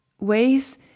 ways